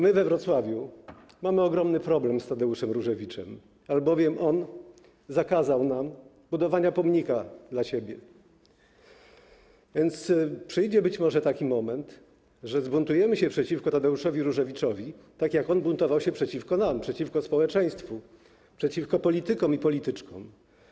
My we Wrocławiu mamy ogromny problem z Tadeuszem Różewiczem, albowiem on zakazał nam budowania pomnika dla siebie, więc przyjdzie być może taki moment, że zbuntujemy się przeciwko Tadeuszowi Różewiczowi, tak jak on buntował się przeciwko nam, przeciwko społeczeństwu, przeciwko politykom i polityczkom.